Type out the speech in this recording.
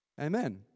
Amen